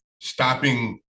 stopping